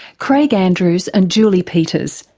craig andrews and julie peters.